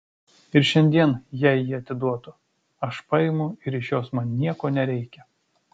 ir šiandien jei ji atiduotų aš paimu ir iš jos man nieko nereikia